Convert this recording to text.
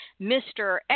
Mr